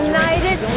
United